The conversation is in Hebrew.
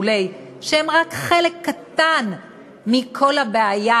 שהם רק חלק קטן מכל הבעיה,